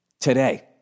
today